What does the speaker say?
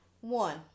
One